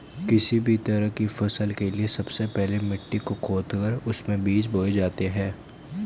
किसी भी तरह की फसल के लिए सबसे पहले मिट्टी को खोदकर उसमें बीज बोए जाते हैं